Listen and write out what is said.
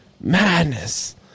Madness